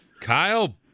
Kyle